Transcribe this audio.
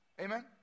Amen